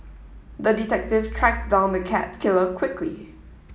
the detective tracked down the cat killer quickly